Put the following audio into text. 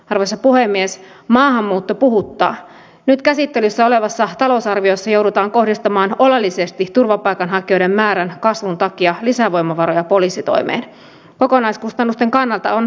mitä tulee näitten kustannusarviointien sekä näitten sosiaali ja terveyspalveluitten osalta ja koulutuspalveluitten osalta niin minä en pysty suoraan vastaamaan